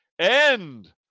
end